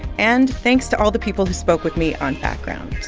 and thanks to all the people who spoke with me on background.